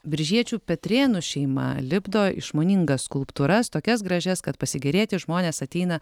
biržiečių petrėnų šeima lipdo išmoningas skulptūras tokias gražias kad pasigėrėti žmonės ateina